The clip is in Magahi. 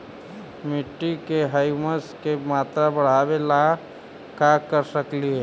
मिट्टी में ह्यूमस के मात्रा बढ़ावे ला का कर सकली हे?